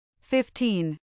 Fifteen